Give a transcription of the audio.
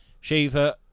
Shiva